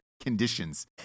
conditions